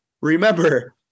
Remember